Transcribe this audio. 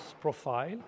profile